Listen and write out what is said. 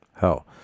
hell